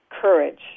courage